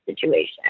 situation